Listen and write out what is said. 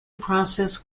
process